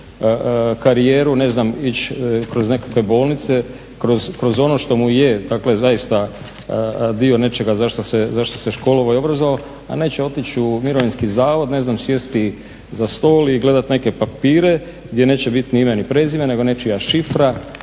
ne znam ići kroz nekakve bolnice, kroz ono što mu je zaista dio nečega za što se školovao i obrazovao, a neće otići u Mirovinski zavod i ne znam sjesti za stol i gledati neke papire gdje neće biti ni ime ni prezime nego nečija šifra